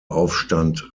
aufstand